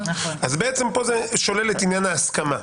אז פה זה שולל את עניין ההסכמה.